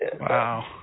Wow